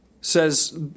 Says